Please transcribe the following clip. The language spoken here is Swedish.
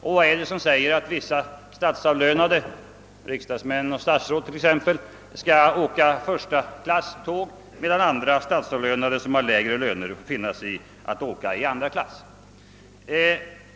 Och vad är det som säger att vissa statsavlönade, riksdagsmän och statsråd t.ex., skall åka första klass på tåg medan statsavlönade med lägre lön får finna sig i att åka i andra klass?